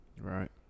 Right